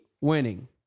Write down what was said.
winning